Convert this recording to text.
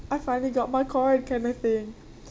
I finally got my card kind of thing